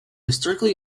historically